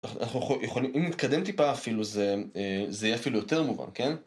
אנחנו יכולים, אם נתקדם טיפה אפילו זה יהיה אפילו יותר מובן, כן?